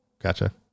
gotcha